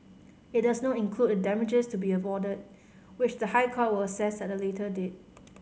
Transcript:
it does not include the damages to be awarded which the High Court will assess at a later date